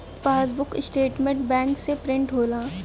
passbook statement bank से print होला